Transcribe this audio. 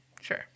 Sure